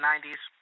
90s